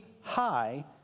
high